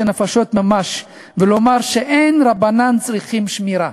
נפשות ממש ולומר שאין רבנן צריכים שמירה?"